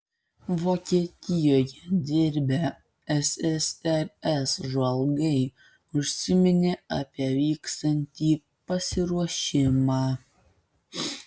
vokietijoje dirbę ssrs žvalgai užsiminė apie vykstantį pasiruošimą